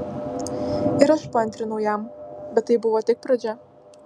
ir aš paantrinau jam bet tai buvo tik pradžia